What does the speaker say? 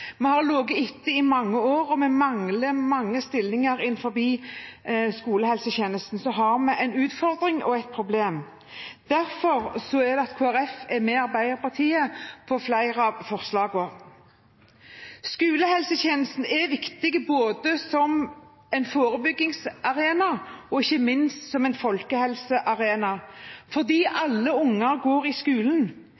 vi har ligget etter i mange år, og vi mangler mange stillinger innenfor skolehelsetjenesten – har vi en utfordring og et problem. Derfor er Kristelig Folkeparti med på flere av forslagene, sammen med bl.a. Arbeiderpartiet. Skolehelsetjenesten er viktig som en forebyggingsarena og ikke minst som en folkehelsearena fordi alle unger går i skolen.